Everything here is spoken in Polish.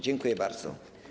Dziękuję bardzo.